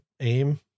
aim